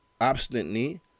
obstinately